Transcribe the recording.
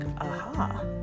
aha